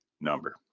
number